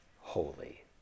holy